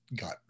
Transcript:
got